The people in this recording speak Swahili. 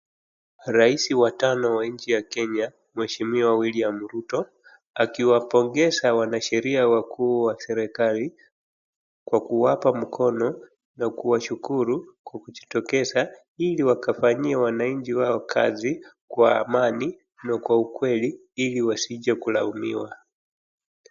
Rais watano wa nchi ya Kenya mheshimiwa William Ruto akiwapongeza wanasheria wakuu waserikali kwa kuwapa mkono na kuwashukuru kwa kujitokeza. ili wakafanyie wananchi wao kazi kwa amani na kwa na ukweli ili wasije kulaumiwa.